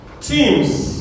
Teams